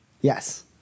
yes